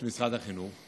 באמצעות משרד החינוך;